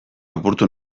apurtu